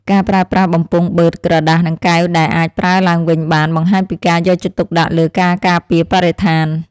ការប្រើប្រាស់បំពង់បឺតក្រដាសនិងកែវដែលអាចប្រើឡើងវិញបានបង្ហាញពីការយកចិត្តទុកដាក់លើការការពារបរិស្ថាន។